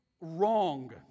wrong